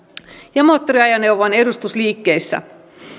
ja moottoriajoneuvon edustusliikkeissä